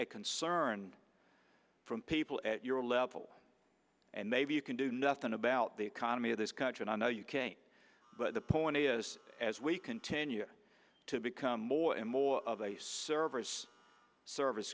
a concern from people at your level and maybe you can do nothing about the economy of this country and i know you can't but the point is as we continue to become more and more of a service service